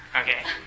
Okay